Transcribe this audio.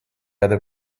other